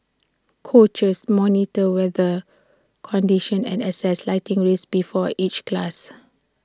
coaches monitor weather conditions and assess lightning risks before each class